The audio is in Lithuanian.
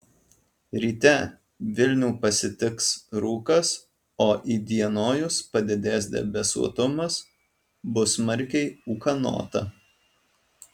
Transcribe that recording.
ryte vilnių pasitiks rūkas o įdienojus padidės debesuotumas bus smarkiai ūkanota